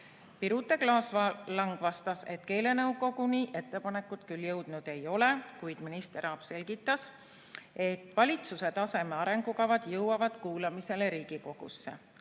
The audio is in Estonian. Birute Klaas-Lang vastas, et keelenõukoguni ettepanekuid jõudnud ei ole, ja minister Aab selgitas, et valitsuse taseme arengukavad jõuavad kuulamisele Riigikogusse,